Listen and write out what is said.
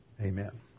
Amen